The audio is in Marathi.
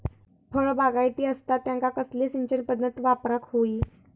फळबागायती असता त्यांका कसली सिंचन पदधत वापराक होई?